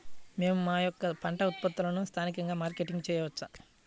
మేము మా యొక్క పంట ఉత్పత్తులని స్థానికంగా మార్కెటింగ్ చేయవచ్చా?